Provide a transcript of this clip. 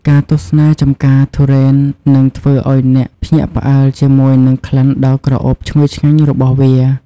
ការទស្សនាចម្ការទុរេននឹងធ្វើឱ្យអ្នកភ្ញាក់ផ្អើលជាមួយនឹងក្លិនដ៏ក្រអូបឈ្ងុយឆ្ងាញ់របស់វា។